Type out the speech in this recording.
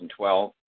2012